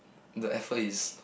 the effort is